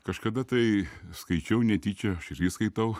kažkada tai skaičiau netyčia aš irgi skaitau